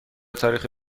تاریخی